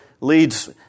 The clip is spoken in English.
leads